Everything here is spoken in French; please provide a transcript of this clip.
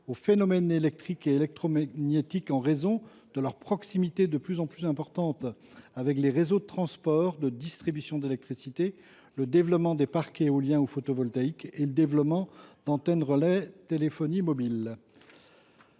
aux phénomènes électriques et électromagnétiques en raison de leur proximité de plus en plus importante avec les réseaux de transport et de distribution d’électricité, du développement des parcs éoliens ou photovoltaïques, et du développement d’antennes relais de téléphonie mobile.